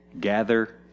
gather